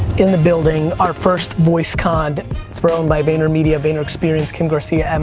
in the building. our first voicecon thrown by vaynermedia, vaynerexperience, ken garcia, and